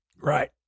right